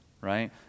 right